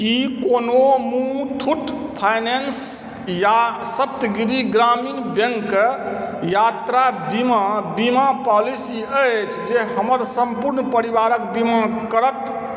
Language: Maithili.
की कोनो मुथूट फाइनेंस या सप्तगिरि ग्रामीण बैंकके यात्रा बीमा बीमा पॉलिसी अछि जे हमर सम्पूर्ण परिवारक बीमा करत